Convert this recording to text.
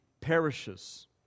perishes